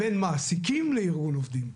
בין מעסיקים לעובדים.